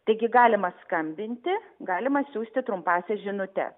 taigi galima skambinti galima siųsti trumpąsias žinutes